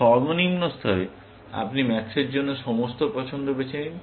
সর্বনিম্ন স্তরে আপনি ম্যাক্সের জন্য সমস্ত পছন্দ বেছে নিন